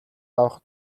авах